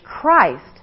Christ